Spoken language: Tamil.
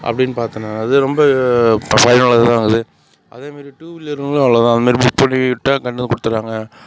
அப்படின்னு பார்த்தன்னா அது ரொம்ப பயனுள்ளதாக தான் இருக்குது அதே மாதிரி டூவீலர்ங்களும் அவ்வளோ தான் அதே மாரி புக் பண்ணிட்டால் கொண்டு வந்து கொடுத்தடுறாங்க